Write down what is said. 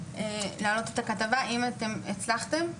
להעלות את הכתבה, אם אתם הצלחתם?